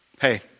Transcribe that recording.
Hey